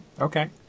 Okay